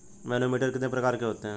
Manometer कितने प्रकार के होते हैं?